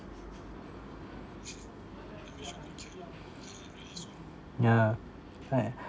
yeah like